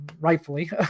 rightfully